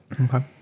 Okay